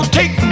take